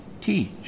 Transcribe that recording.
teach